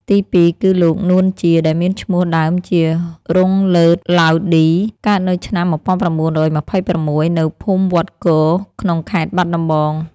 ទីពីរគឺលោក នួន ជា ដែលមានឈ្មោះដើមថា រុងឡឺត ឡាវឌី កើតនៅឆ្នាំ១៩២៦ នៅភូមិវត្តគរ ក្នុងខេត្តបាត់ដំបង។